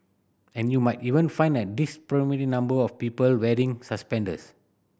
and you might even find a disproportionate number of people wearing suspenders